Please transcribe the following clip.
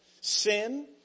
Sin